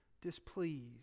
displeased